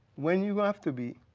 when you have to be,